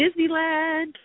Disneyland